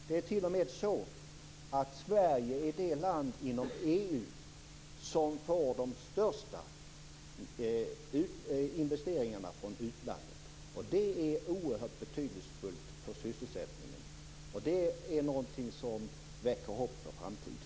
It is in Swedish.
Det är t.o.m. så att Sverige är det land inom EU som får de största utländska investeringarna, och det är oerhört betydelsefullt för sysselsättningen. Det är någonting som väcker hopp för framtiden.